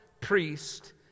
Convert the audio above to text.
priest